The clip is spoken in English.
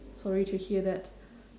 sorry to hear that